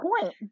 point